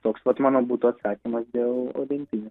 toks vat mano būtų atsakymas dėl olimpinių